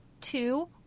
two